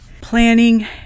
planning